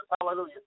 Hallelujah